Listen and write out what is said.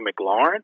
McLaurin